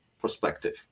perspective